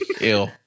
Ew